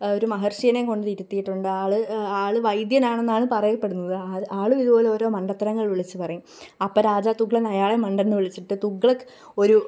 ഒരു മഹര്ഷീനേയും കൊണ്ട് ഇരുത്തിയിട്ടുണ്ട് ആൾ ആൾ വൈദ്യൻ ആണെന്നാണ് പറയപ്പെടുന്നത് ആൾ ഇതുപോലെ ഓരോ മണ്ടത്തരങ്ങള് വിളിച്ചു പറയും അപ്പോൾ രാജാ തുഗ്ളൻ അയാളെ മണ്ടനെന്ന് വിളിച്ചിട്ട് തുഗ്ലക്ക് ഒരു